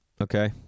Okay